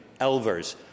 Elvers